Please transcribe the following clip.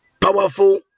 powerful